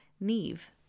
Neve